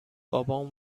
بابام